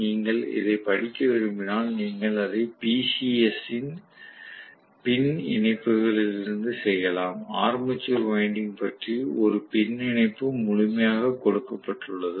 நீங்கள் இதைப் படிக்க விரும்பினால் நீங்கள் அதை PCs ன் பின் இணைப்புகளிலிருந்து செய்யலாம் ஆர்மேச்சர் வைண்டிங் பற்றி ஒரு பின் இணைப்பு முழுமையாக கொடுக்கப்பட்டுள்ளது